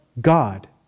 God